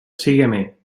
sígueme